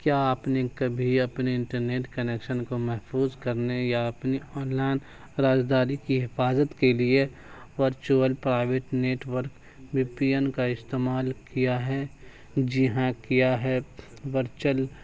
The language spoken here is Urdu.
کیا آپ نے کبھی اپنے انٹرنیٹ کنکشن کو محفوظ کرنے یا اپنی آن لائن رازداری کی حفاظت کے لیے virtual private network V P N کا استعمال کیا ہے جی ہاں کیا ہے ورچل